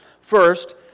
First